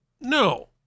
No